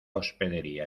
hospedería